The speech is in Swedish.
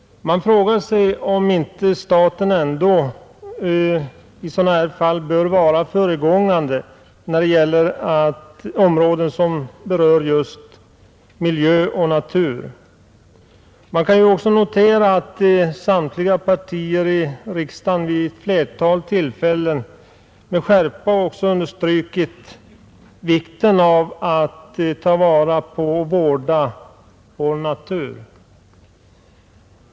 Man frågar sig om inte staten ändå bör vara föregångare på sådana områden som rör miljö och natur. Det kan också noteras att samtliga partier i riksdagen vid ett flertal tillfällen med skärpa understrukit vikten av att ta vara på och vårda vår natur.